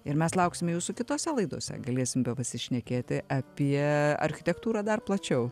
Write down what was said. ir mes lauksime jūsų kitose laidose galėsim pasišnekėti apie architektūrą dar plačiau